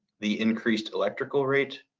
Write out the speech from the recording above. the increased electrical rate.